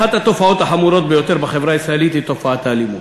אחת התופעות החמורות ביותר בחברה הישראלית היא תופעת האלימות.